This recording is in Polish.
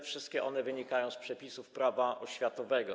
Wszystkie one wynikają z przepisów prawa oświatowego.